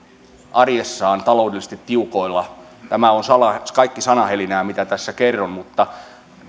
arjessaan taloudellisesti tiukoilla tämä on kaikki sanahelinää mitä tässä kerron mutta